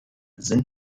sind